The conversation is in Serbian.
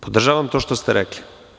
Podržavam to što ste rekli.